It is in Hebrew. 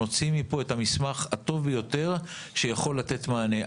נוציא מפה את המסמך הטוב ביותר שיכול לתת מענה.